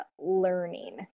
learning